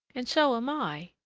and so am i.